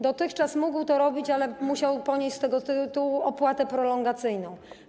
Dotychczas mógł to robić, ale musiał ponieść z tego tytułu opłatę prolongacyjną.